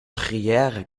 gruyère